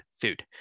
food